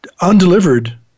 undelivered